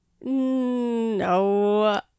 No